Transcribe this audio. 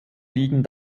liegen